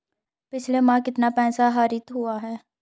पिछले माह कितना पैसा आहरित हुआ है?